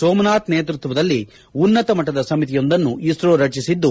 ಸೋಮನಾಥ್ ನೇತೃತ್ವದಲ್ಲಿ ಉನ್ನತ ಮಟ್ಟದ ಸಮಿತಿಯೊಂದನ್ನು ಇಸ್ತೋ ರಚಿಸಿದ್ದು